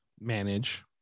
manage